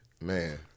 man